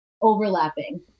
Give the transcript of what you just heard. overlapping